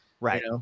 Right